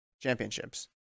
championships